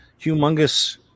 humongous